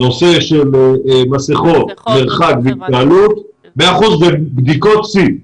נושא של מסכות, מרחק והתקהלות ובדיקות שיא.